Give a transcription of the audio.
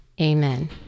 Amen